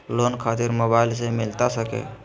Loan खातिर mobile से मिलता सके?